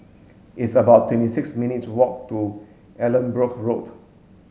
it's about twenty six minutes walk to Allanbrooke Road